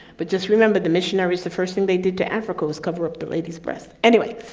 but just remember the missionaries, the first thing they did to africa was cover up the lady's breast, anyway.